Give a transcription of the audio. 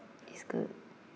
is good